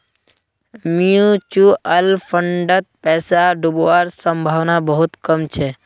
mutual फंडत पैसा डूबवार संभावना बहुत कम छ